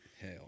Hell